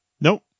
Nope